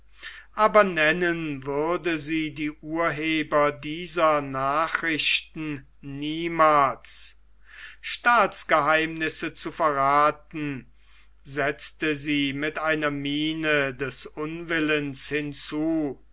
aber nennen würde sie die urheber dieser nachrichten niemals staatsgeheimnisse zu verrathen setzte sie mit einer miene des unwillens hinzu